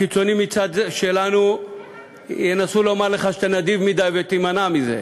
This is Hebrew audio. הקיצונים מהצד שלנו ינסו לומר לך שאתה נדיב מדי ותימנע מזה,